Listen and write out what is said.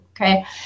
okay